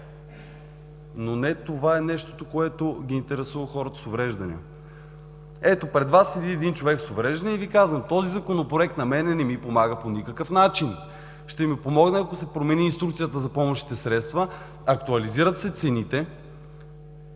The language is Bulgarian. но не това е нещото, което интересува хората с увреждания. Ето, пред Вас стои един човек с увреждания и Ви казва: „Този Законопроект на мен не ми помага по никакъв начин. Ще ми помогне, ако се промени инструкцията за помощните средства и се актуализират цените.“